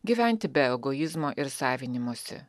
gyventi be egoizmo ir savinimosi